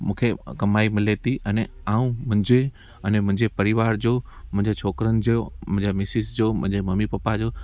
मूंखे कमाई मिले थी अने अऊं मुंहिंजे अने मुंहिंजे परिवार जो मुंहिंजे छोकिरनि जो मुंहिंजा मिसिस जो मुंहिंजे मम्मी पप्पा जो